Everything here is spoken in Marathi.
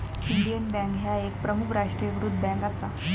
इंडियन बँक ह्या एक प्रमुख राष्ट्रीयीकृत बँक असा